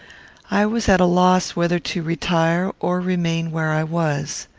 i was at a loss whether to retire or remain where i was.